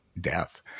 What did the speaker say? death